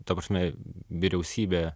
ta prasme vyriausybė